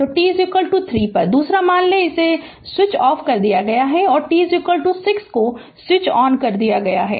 तो t 3 पर दूसरा मान लें कि इसे स्विच ऑफ कर दिया गया है और t 6 को स्विच ऑफ कर दिया गया है